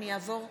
בעד יוסף